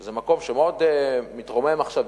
שזה מקום שמאוד מתרומם עכשיו,